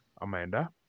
Amanda